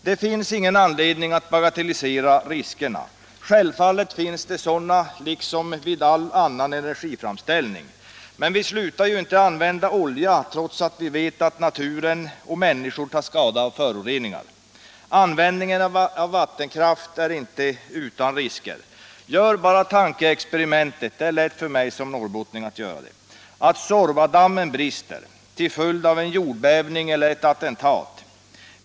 Det finns dock ingen anledning att bagatellisera riskerna. Självfallet finns sådana liksom vid all annan energiframställning. Men vi slutar inte att använda olja, trots att vi vet att natur och människor tar skada av föroreningarna. Användningen av vattenkraft är heller inte utan risker. Gör bara tankeexperimentet — det är lätt för mig som norrbottning — att Suorvadammen brister till följd av en jordbävning eller ett attentat.